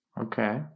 Okay